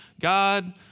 God